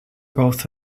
both